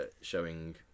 Showing